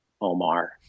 Omar